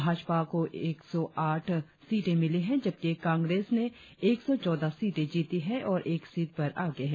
भाजपा को एक सौ आठ सीटें मिली हैं जबकि कांग्रेस ने एक सौ चौदह सीटें जीती है और एक सीट पर आगे है